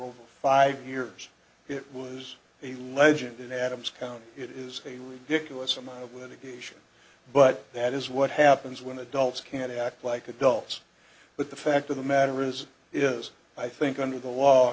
over five years it was a legend in adams county it is a ridiculous amount of litigation but that is what happens when adults can't act like adults but the fact of the matter is is i think under the law